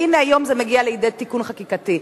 והנה, היום זה מגיע לידי תיקון חקיקתי.